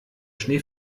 schnee